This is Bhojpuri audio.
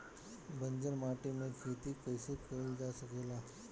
बंजर माटी में खेती कईसे कईल जा सकेला?